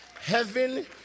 Heaven